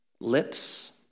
lips